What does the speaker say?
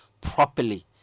properly